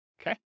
okay